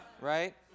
right